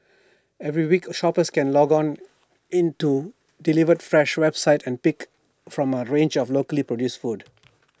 every week shoppers can log on into delivered fresh website and pick from A range of locally produced foods